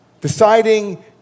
deciding